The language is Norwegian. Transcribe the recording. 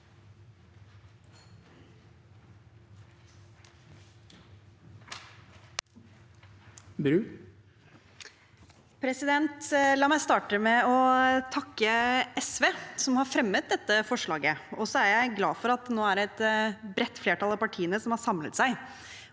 Bru (H) La meg starte med å takke SV, som har fremmet dette forslaget. Jeg er glad for at det nå er et bredt flertall av partiene som har samlet seg